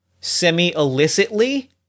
semi-illicitly